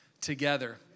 together